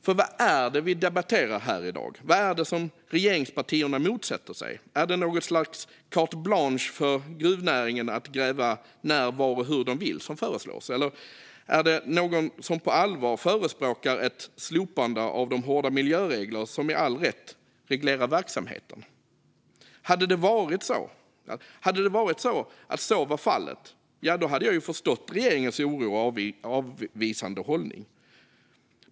För vad är det vi debatterar här i dag? Vad är det regeringspartierna motsätter sig? Är det något slags carte blanche för gruvnäringen att gräva när, var och hur de vill som föreslås? Eller är det någon som på allvar förespråkar ett slopande av de hårda miljöregler som, med all rätt, reglerar verksamheten? Hade så varit fallet hade jag förstått regeringens oro och avvisande hållning.